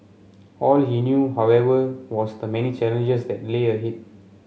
all he knew however was the many challenges that lay ahead